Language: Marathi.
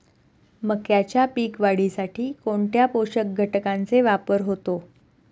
मक्याच्या पीक वाढीसाठी कोणत्या पोषक घटकांचे वापर होतो?